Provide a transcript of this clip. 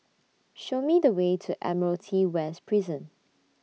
Show Me The Way to Admiralty West Prison